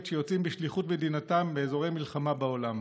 שיוצאים בשליחות מדינתם באזורי מלחמה בעולם.